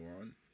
on